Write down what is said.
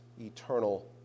eternal